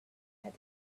that